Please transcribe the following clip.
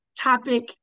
topic